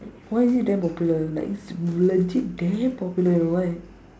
why is it damn popular like it's legit damn popular you know why